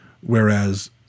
Whereas